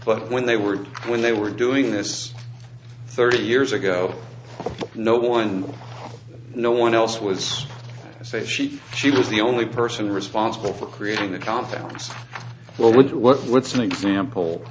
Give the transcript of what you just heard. but when they were when they were doing this thirty years ago no one no one else was say she she was the only person responsible for creating the compounds well with what's an example